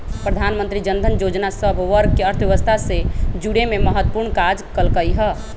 प्रधानमंत्री जनधन जोजना सभ वर्गके अर्थव्यवस्था से जुरेमें महत्वपूर्ण काज कल्कइ ह